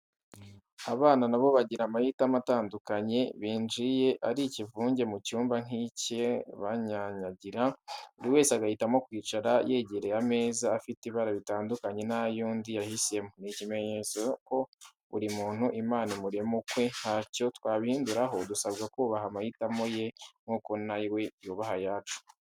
Abana na bo bagira amahitamo atandukanye, binjiye ari ikivunge mu cyumba nk'iki banyanyagira, buri wese agahitamo kwicara yegereye ameza afite ibara ritandukanye n'ayo undi yahisemo, ni ikimenyetso ko buri muntu Imana imurema ukwe, ntacyo twabihinduraho dusabwa kubaha amahitamo ye nk'uko na we yubaha ayacu.